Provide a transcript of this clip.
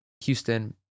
Houston